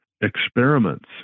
experiments